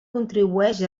contribueix